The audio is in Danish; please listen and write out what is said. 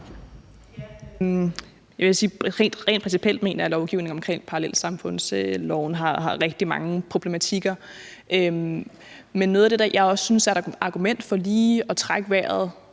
rent principielt mener jeg, at lovgivningen omkring parallelsamfundsloven har rigtig mange problematikker. Men noget af det, jeg også synes kunne være et argument for lige at trække vejret